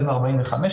הארץ.